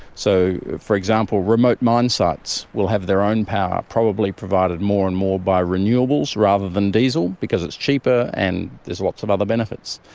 so, for example, remote mine sites will have their own power, probably provided more and more by renewables rather than diesel, because it's cheaper and there's lots of other benefits.